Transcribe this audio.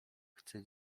chcę